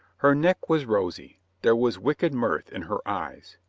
her neck was rosy. there was wicked mirth in her eyes.